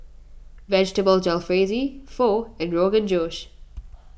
Vegetable Jalfrezi Pho and Rogan Josh